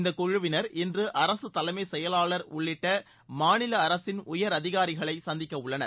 இந்தக் குழுவினா் இன்று அரசு தலைமைச் செயலாளா் உள்ளிட்ட மாநில அரசின் உயர் அதிகாரிகளை சந்திக்க உள்ளனர்